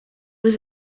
was